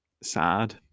sad